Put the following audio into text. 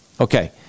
Okay